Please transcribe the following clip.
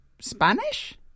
Spanish